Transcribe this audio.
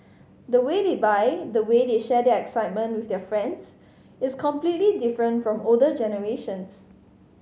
the way they buy the way they share their excitement with their friends is completely different from older generations